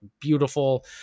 beautiful